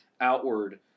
outward